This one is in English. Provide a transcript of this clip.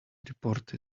report